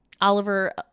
Oliver